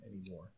anymore